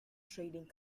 trading